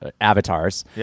avatars